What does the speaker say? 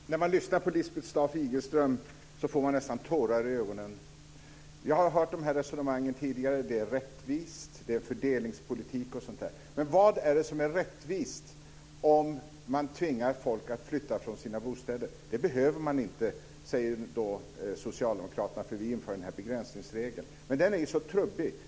Herr talman! När man lyssnar på Lisbeth Staaf Igelström får man nästan tårar i ögonen. Jag har hört resonemangen tidigare - det är rättvist, det är fördelningspolitik osv. Men vad är det som är rättvist om man tvingar folk att flytta från sina bostäder? Det behöver man inte, säger Socialdemokraterna, för vi inför begränsningsregeln. Men den är ju så trubbig!